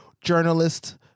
journalist –